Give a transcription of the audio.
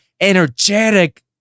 energetic